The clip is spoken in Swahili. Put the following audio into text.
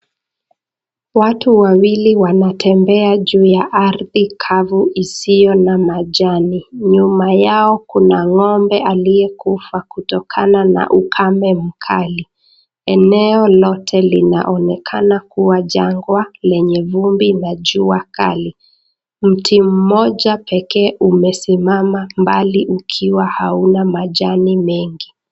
Watu wawili wanatembea juu ya arthi kavu iisiyo na majani. Nyuma yao Kuna ng'ombe aliye kufu kutokana na ukame mkali. Eneo lote linaonekana kuwa jang'wa lenye vumbi na jua Kali. Mti mmoja pekee umesimama mbali ukiwa Hauna majani mengi.